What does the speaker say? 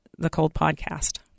thecoldpodcast